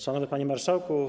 Szanowny Panie Marszałku!